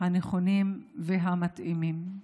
הנכונים והמתאימים.